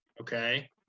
okay